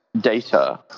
data